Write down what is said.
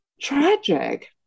tragic